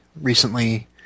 recently